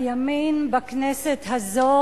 הימין בכנסת הזאת